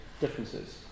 differences